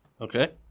Okay